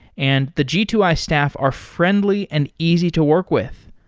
and the g two i staff are friendly and easy to work with.